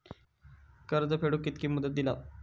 कर्ज फेडूक कित्की मुदत दितात?